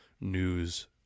news